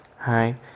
Hi